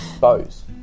bows